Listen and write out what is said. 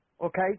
Okay